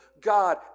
God